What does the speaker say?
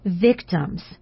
victims